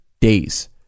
days